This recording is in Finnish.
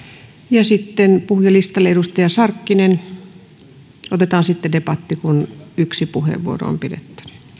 sitten puhujalistalle edustaja sarkkinen otetaan sitten debatti kun yksi puheenvuoro on pidetty